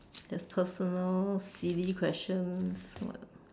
there's personal silly questions what